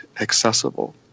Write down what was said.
accessible